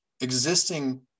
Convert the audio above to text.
existing